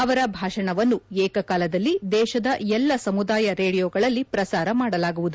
ಅವರ ಭಾಷಣವನ್ನು ಏಕಕಾಲದಲ್ಲಿ ದೇಶದ ಎಲ್ಲ ಸಮುದಾಯ ರೇಡಿಯೋಗಳಲ್ಲಿ ಪ್ರಸಾರ ಮಾಡಲಾಗುವುದು